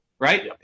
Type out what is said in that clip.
right